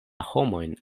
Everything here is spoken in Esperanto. homojn